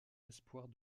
espoirs